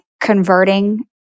converting